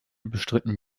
bestritten